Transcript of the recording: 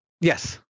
Yes